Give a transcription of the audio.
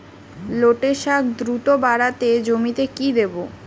লটে শাখ দ্রুত বাড়াতে জমিতে কি দেবো?